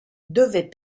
devait